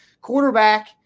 quarterback